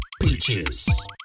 Peaches